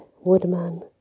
woodman